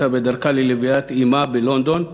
הייתה בדרכה ללוויית אמה בלונדון.